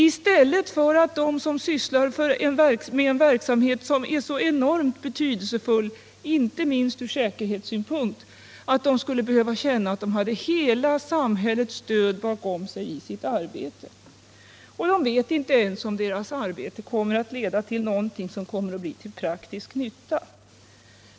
Dessa arbetare, tekniker och tjänstemän, som håller på med en verksamhet som är så enormt betydelsefull inte minst från säkerhetssynpunkt, behöver i stället känna att de har hela samhällets stöd bakom sig i sitt arbete. Men de vet inte ens om deras arbete kommer att leda till någonting av praktisk nytta.